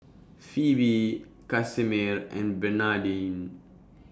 Pheobe Casimir and Bernardine